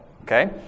okay